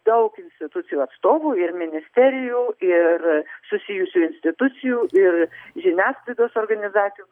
daug institucijų atstovų ir ministerijų ir susijusių institucijų ir žiniasklaidos organizacijos